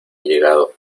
llegado